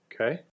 Okay